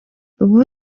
ubu